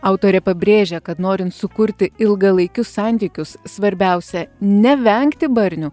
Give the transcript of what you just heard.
autorė pabrėžia kad norint sukurti ilgalaikius santykius svarbiausia nevengti barnių